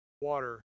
water